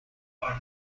are